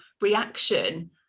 reaction